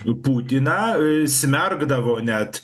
putiną smerkdavo net